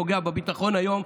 פוגע בביטחון היום,